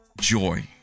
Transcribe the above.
joy